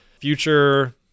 future